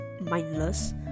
mindless